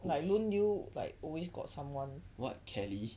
like 轮流 like always got someone